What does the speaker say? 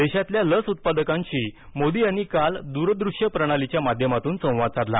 देशातील लस उत्पादकांशी मोदीयांनी काल दूरदृश्य प्रणालीच्या माध्यमातून संवाद साधला